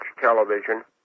television